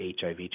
HIV